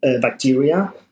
bacteria